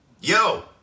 Yo